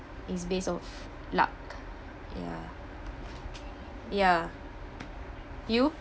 is based on luck ya ya you